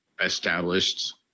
Established